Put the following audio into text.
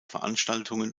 veranstaltungen